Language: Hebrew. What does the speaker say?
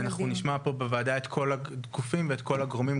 אנחנו נשמע פה בוועדה את כל הגופים והגורמים,